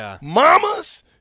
mamas